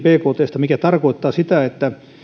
bktsta mikä tarkoittaa sitä että